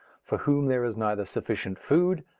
for whom there is neither sufficient food,